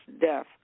death